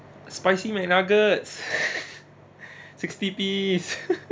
spicy mcnuggets sixty piece